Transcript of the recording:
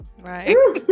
Right